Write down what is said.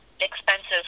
expensive